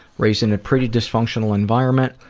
raised in a pretty dysfunctional environment,